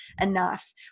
enough